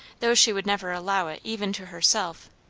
though she would never allow it even to herself,